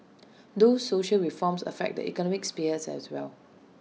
those social reforms affect the economic sphere as well